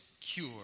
cure